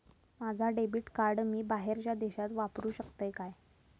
माझा debit card मी बाहेरच्या देशात वापरू शकतय काय?